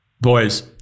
Boys